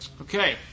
Okay